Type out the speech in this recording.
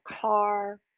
car